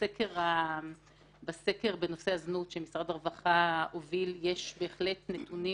ובסקר בנושא הזנות שמשרד הרווחה הוביל יש בהחלט נתונים